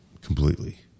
Completely